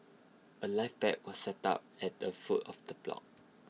A life pack was set up at the foot of the block